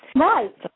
Right